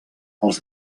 els